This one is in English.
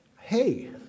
hey